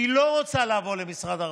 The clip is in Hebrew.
והיא לא רוצה לעבור למשרד הרווחה.